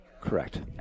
Correct